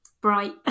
bright